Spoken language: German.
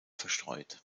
verstreut